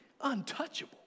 untouchable